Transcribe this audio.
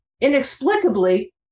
inexplicably